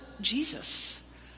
Jesus